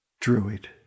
druid